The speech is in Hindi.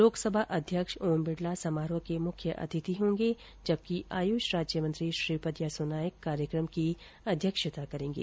लोकसभा अध्यक्ष ओम बिड़ला समारोह के मुख्य अतिथि होंगे जबकि आयुष राज्य मंत्री श्रीपद येसो नाइक कार्यक्षता करेंगे